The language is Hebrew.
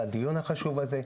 על הדיון החשוב הזה.